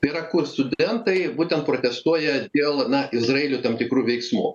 tai yra kur studentai būtent protestuoja dėl na izraelio tam tikrų veiksmų